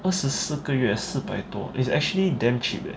二十四个月四百多 is actually damn cheap eh